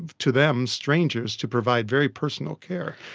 to them, strangers to provide very personal care.